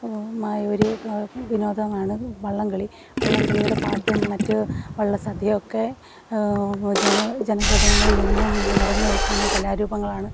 മായൊരു വിനോദമാണ് വള്ളംകളി വള്ളംകളിയുടെ പാട്ടും മറ്റ് വള്ളസദ്യ ഒക്കെ ജന ജനഹൃദയങ്ങളിൽ എന്നും നിറഞ്ഞുനിൽക്കുന്ന കലാരൂപങ്ങളാണ്